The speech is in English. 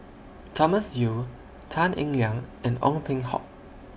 Thomas Yeo Tan Eng Liang and Ong Peng Hock